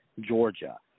Georgia –